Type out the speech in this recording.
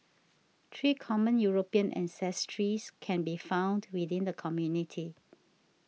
three common European ancestries can be found within the community